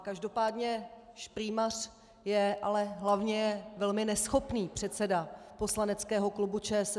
Každopádně šprýmař je, ale hlavně je velmi neschopný předseda poslaneckého klubu ČSSD.